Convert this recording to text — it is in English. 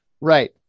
Right